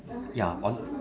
ya on